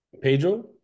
Pedro